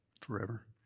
forever